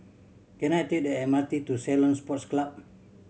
can I take the M R T to Ceylon Sports Club